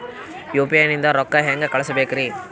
UPI ನಿಂದ ರೊಕ್ಕ ಹೆಂಗ ಕಳಸಬೇಕ್ರಿ?